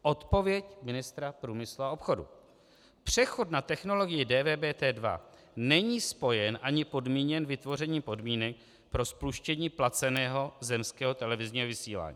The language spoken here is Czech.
Odpověď ministra průmyslu a obchodu: Přechod na technologii DVBT2 není spojen ani podmíněn vytvořením podmínek pro spuštění placeného zemského televizního vysílání.